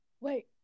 wait